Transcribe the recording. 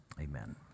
amen